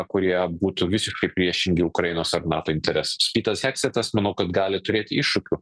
kurie būtų visiškai priešingi ukrainos ar nato interesas pitas heksetas manau kad gali turėt iššūkių